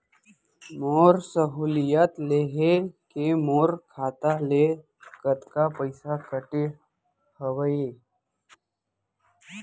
मोर सहुलियत लेहे के मोर खाता ले कतका पइसा कटे हवये?